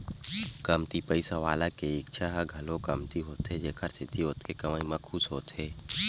कमती पइसा वाला के इच्छा ह घलो कमती होथे जेखर सेती ओतके कमई म खुस होथे